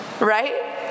Right